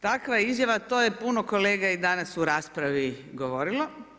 Takva izjava, to je puno kolega i danas u raspravi govorilo.